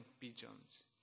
pigeons